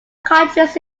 countries